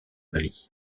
mali